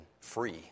free